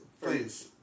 Please